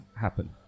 happen